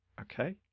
okay